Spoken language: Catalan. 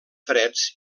freds